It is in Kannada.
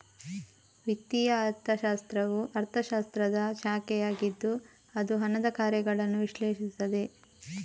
ವಿತ್ತೀಯ ಅರ್ಥಶಾಸ್ತ್ರವು ಅರ್ಥಶಾಸ್ತ್ರದ ಶಾಖೆಯಾಗಿದ್ದು ಅದು ಹಣದ ಕಾರ್ಯಗಳನ್ನು ವಿಶ್ಲೇಷಿಸುತ್ತದೆ